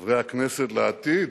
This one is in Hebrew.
חברי הכנסת לעתיד,